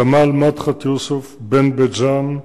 סמל מדחת יוסף, בן בית-ג'ן,